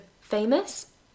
famous